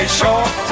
short